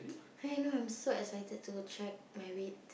hey now I'm so excited to check my weight